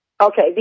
Okay